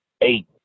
Eight